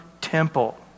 temple